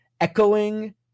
echoing